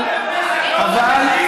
אבל,